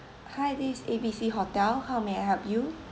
hi this A B C hotel how may I help you